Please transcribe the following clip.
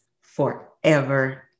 forever